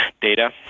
data